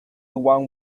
one